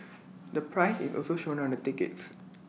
the price is also shown on the tickets